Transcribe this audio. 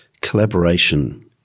collaboration